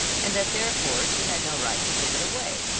and that therefore she had no right to give it away.